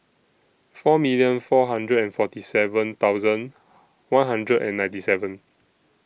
four million four hundred and forty seven thousand one hundred and ninety seven